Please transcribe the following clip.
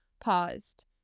paused